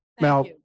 now